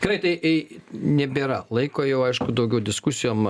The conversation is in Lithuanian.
gerai tai nebėra laiko jau aišku daugiau diskusijom